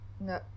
no